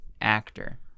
actor